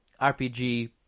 RPG